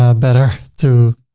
ah better to